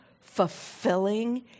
fulfilling